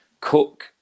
Cook